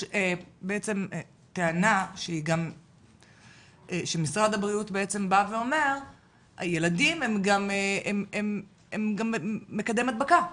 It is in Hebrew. יש טענה שמשרד הבריאות אומר שהילדים הם גם מקדם הדבקה,